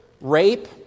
rape